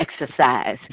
exercise